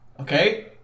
Okay